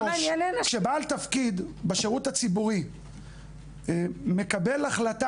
כשבעל תפקיד בשירות הציבורי מקבל החלטה